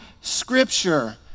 Scripture